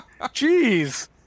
Jeez